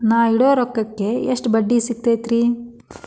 ನಾ ಇಡೋ ರೊಕ್ಕಕ್ ಎಷ್ಟ ಬಡ್ಡಿ ಸಿಕ್ತೈತ್ರಿ?